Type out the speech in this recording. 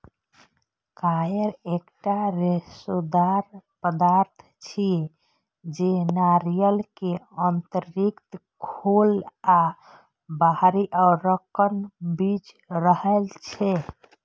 coir एकटा रेशेदार पदार्थ छियै, जे नारियल के आंतरिक खोल आ बाहरी आवरणक बीच रहै छै